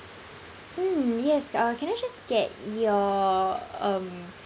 mm yes uh can I just get your um